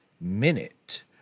minute